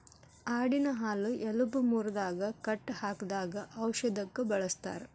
ಆಡಿನ ಹಾಲು ಎಲಬ ಮುರದಾಗ ಕಟ್ಟ ಹಾಕಿದಾಗ ಔಷದಕ್ಕ ಬಳಸ್ತಾರ